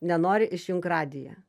nenori išjunk radiją